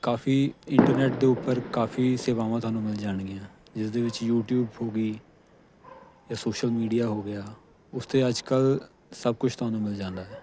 ਕਾਫ਼ੀ ਇੰਟਰਨੈਟ ਦੇ ਉੱਪਰ ਕਾਫ਼ੀ ਸੇਵਾਵਾਂ ਤੁਹਾਨੂੰ ਮਿਲ ਜਾਣਗੀਆਂ ਜਿਸ ਦੇ ਵਿੱਚ ਯੂਟੀਊਬ ਹੋ ਗਈ ਜਾਂ ਸੋਸ਼ਲ ਮੀਡੀਆ ਹੋ ਗਿਆ ਉਸ 'ਤੇ ਅੱਜ ਕੱਲ੍ਹ ਸਭ ਕੁਛ ਤੁਹਾਨੂੰ ਮਿਲ ਜਾਂਦਾ ਹੈ